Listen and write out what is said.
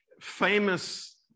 famous